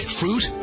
fruit